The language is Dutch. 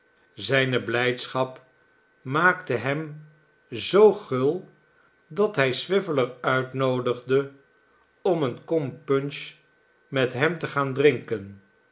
zijne blijdschap maakte hem zoo gul dat hij swiveller uitnoodigde om eene kom punch met hem te gaan drinken